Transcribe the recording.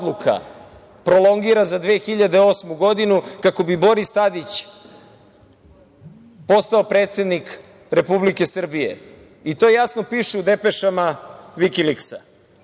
prolongira za 2008. godinu, kako bi Boris Tadić postao predsednik Republike Srbije. To jasno piše u depešama Vikiliksa. Da